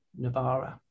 Navara